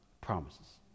promises